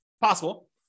possible